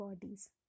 bodies